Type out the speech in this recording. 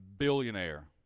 billionaire